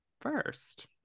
first